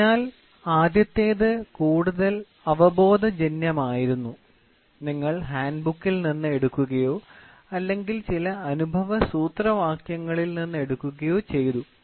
അതിനാൽ ആദ്യത്തേത് കൂടുതൽ അവബോധജന്യമായിരുന്നു നിങ്ങൾ ഹാൻഡ്ബുക്കിൽ നിന്ന് എടുക്കുകയോ അല്ലെങ്കിൽ ചില അനുഭവ സൂത്രവാക്യങ്ങളിൽ നിന്ന് എടുക്കുകയോ ചെയ്തു